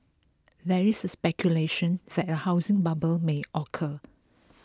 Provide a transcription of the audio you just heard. there is speculation that a housing bubble may occur